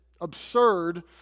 absurd